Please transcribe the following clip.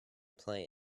play